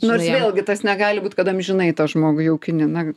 nors vėlgi tas negali būt kad amžinai tą žmogų jaukini na